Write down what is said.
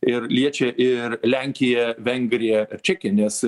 ir liečia ir lenkija vengrija čekija nes